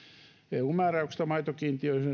maitokiintiöiden